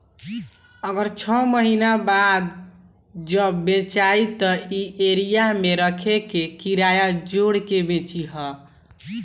अगर छौ महीना बाद जब बेचायी त ए एरिया मे रखे के किराया जोड़ के बेची ह